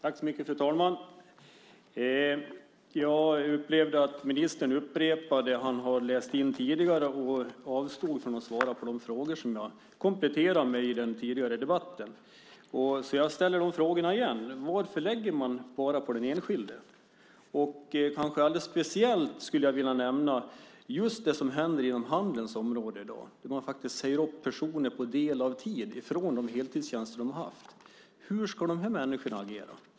Fru talman! Jag upplevde att ministern upprepade det han har läst in tidigare och avstod från att svara på de frågor som jag kompletterade med i den tidigare debatten. Jag ställer de frågorna igen. Vad lägger man på den enskilde? Alldeles speciellt skulle jag vilja nämna just det som händer inom handelns område i dag. Man säger upp personer på deltid från de heltidstjänster de har haft. Hur ska de här människorna agera?